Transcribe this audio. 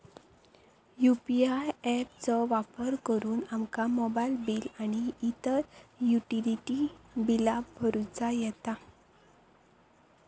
UPI app चो वापर करुन आमका मोबाईल बिल आणि इतर युटिलिटी बिला भरुचा येता